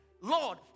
Lord